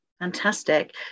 Fantastic